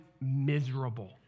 miserable